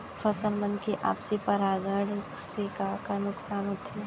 फसल मन के आपसी परागण से का का नुकसान होथे?